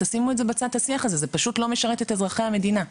תשימו בצד את השיח הזה זה פשוט לא משרת את אזרחי המדינה.